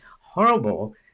horrible